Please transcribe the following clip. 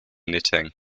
knitting